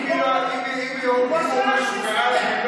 היא לא הייתה כאן בשני הסבבים.